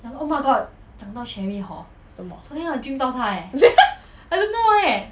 做么